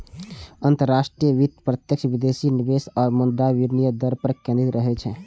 अंतरराष्ट्रीय वित्त प्रत्यक्ष विदेशी निवेश आ मुद्रा विनिमय दर पर केंद्रित रहै छै